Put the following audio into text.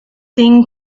thing